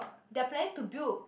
they are planning to build